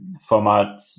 format